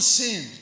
sin